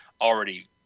already